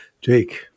Jake